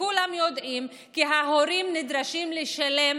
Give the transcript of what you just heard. כולם יודעים שההורים נדרשים לשלם